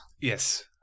Yes